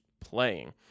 playing